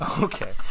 Okay